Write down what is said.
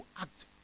act